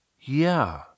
Yeah